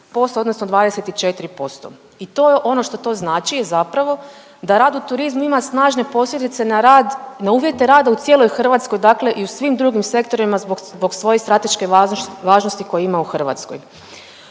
odnosno 24% i to je ono što to znači je zapravo da rad u turizmu ima snažne posljedice na rad, na uvjete rada u cijeloj Hrvatskoj i u svim drugim sektorima zbog svoje strateške važnosti koju ima u Hrvatskoj.